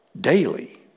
daily